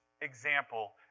example